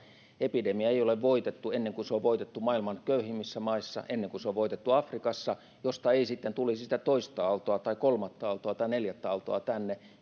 koronaepidemia ei ole voitettu ennen kuin se on voitettu maailman köyhimmissä maissa ennen kuin se on voitettu afrikassa josta ei sitten tulisi sitä toista aaltoa tai kolmatta aaltoa tai neljättä aaltoa tänne